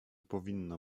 powinno